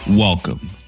Welcome